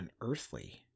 unearthly